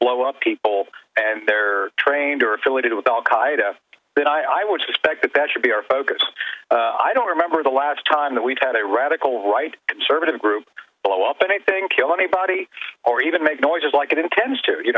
blow up people and they're trained or affiliated with al qaida then i would suspect that that should be our focus i don't remember the last time that we've had a radical right conservative group blow up anything kill anybody or even make noises like it intends to you